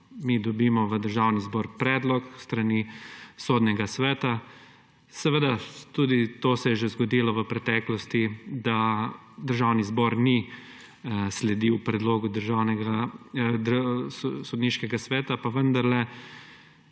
Mi dobimo v Državni zbor predlog s strani Sodnega sveta. Seveda tudi to se je že zgodilo v preteklosti, da Državni zbor ni sledil predlogu Sodnega sveta, pa vendarle